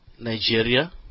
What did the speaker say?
Nigeria